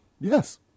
Yes